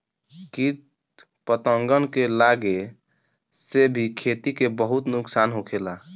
किट पतंगन के लागे से भी खेती के बहुत नुक्सान होखेला